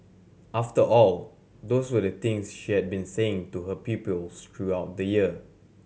after all those were the things she had been saying to her pupils throughout the year